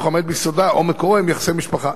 העומד ביסודה או מקורו הם יחסי משפחה.